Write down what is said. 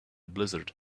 blizzard